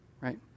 right